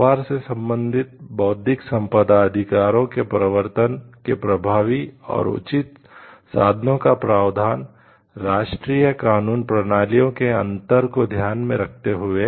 व्यापार से संबंधित बौद्धिक संपदा अधिकारों के प्रवर्तन के प्रभावी और उचित साधनों का प्रावधान राष्ट्रीय कानूनी प्रणालियों में अंतर को ध्यान में रखते हुए